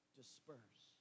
disperse